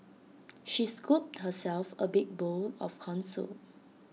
she scooped herself A big bowl of Corn Soup